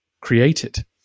created